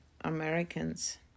Americans